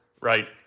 right